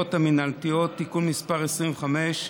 העבירות המינהליות (תיקון מס' 25),